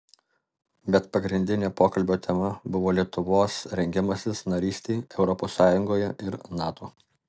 bet pagrindinė pokalbio tema buvo lietuvos rengimasis narystei europos sąjungoje ir nato